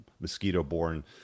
Mosquito-borne